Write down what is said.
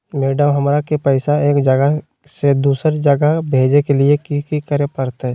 Madam, हमरा के पैसा एक जगह से दुसर जगह भेजे के लिए की की करे परते?